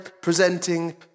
presenting